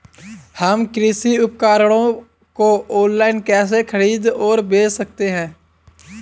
हम कृषि उपकरणों को ऑनलाइन कैसे खरीद और बेच सकते हैं?